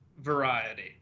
variety